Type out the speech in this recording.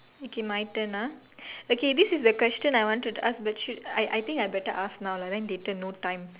okay my turn ah okay this is the question I wanted to ask but should I I think I better ask now lah then later no time